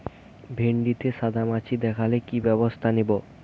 ভিন্ডিতে সাদা মাছি দেখালে কি ব্যবস্থা নেবো?